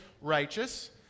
righteous